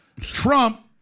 Trump